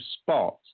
spot